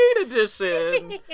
edition